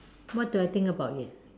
what do I think about it ah